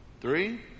three